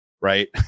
right